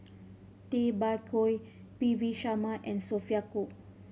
Tay Bak Koi P V Sharma and Sophia Cooke